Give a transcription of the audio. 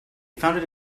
founded